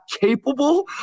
capable